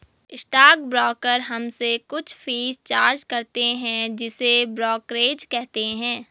stock broker हमसे कुछ fees charge करते हैं जिसे ब्रोकरेज कहते हैं